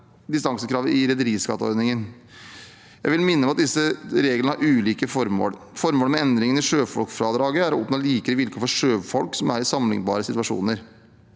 distansekrav i rederiskatteordningen. Jeg vil minne om at disse reglene har ulike formål. Formålet med endringene i sjøfolkfradraget er å oppnå likere vilkår for sjøfolk som er i sammenlignbare situasjoner.